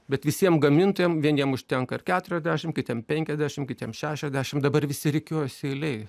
bet visiem gamintojam vieniem užtenka keturiasdešim kitiem penkiasdešim kitiem šešiasdešim dabar išsirikiuos eilėj